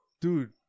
Dude